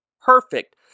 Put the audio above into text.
perfect